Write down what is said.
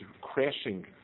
crashing